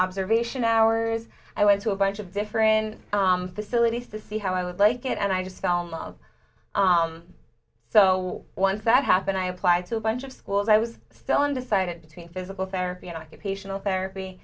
observation hours i went to a bunch of different facilities to see how i would like it and i just fell in love so once that happened i applied to a bunch of schools i was still undecided between physical therapy and occupational therapy